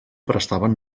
prestaven